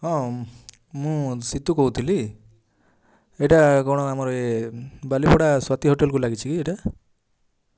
ହଁ ମୁଁ ସିତୁ କହୁଥିଲି ଏଇଟା କ'ଣ ଆମର ଏ ବାଲିପଡ଼ା ସ୍ଵାତି ହୋଟେଲକୁ ଲାଗିଛି କି ଏଇଟା